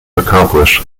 accomplished